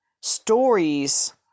Stories